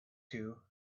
two